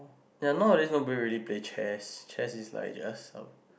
you are not really don't really play chests chests is like just a